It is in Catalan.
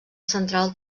central